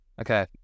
Okay